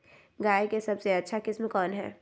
गाय का सबसे अच्छा किस्म कौन हैं?